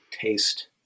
taste